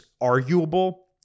arguable